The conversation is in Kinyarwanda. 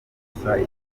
icyabaye